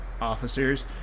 officers